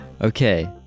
Okay